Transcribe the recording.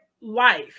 life